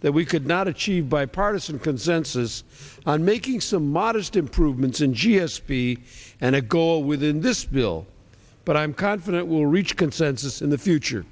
that we could not achieve bipartisan consensus on making some modest improvements in g s t and a goal within this bill but i'm confident we'll reach consensus in the future